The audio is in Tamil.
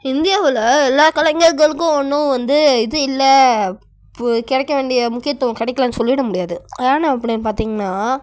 இந்தியாவில் எல்லா கலைஞர்களுக்கும் ஒன்றும் வந்து இது இல்லை பு கிடைக்க வேண்டிய முக்கியத்துவம் கிடைக்கிலன்னு சொல்லிட முடியாது ஏன்னெனு அப்படின் பார்த்திங்னா